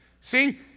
See